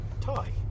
tie